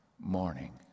morning